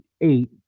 eight